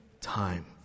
time